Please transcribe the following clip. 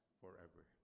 forever